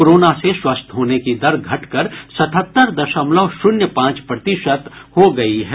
corona से स्वस्थ होने की दर घटकर सतहत्तर दशमलव शून्य पांच प्रतिशत हो गयी है